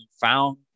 found